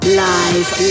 live